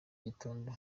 gitondo